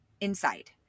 inside